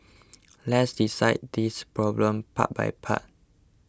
let's this problem part by part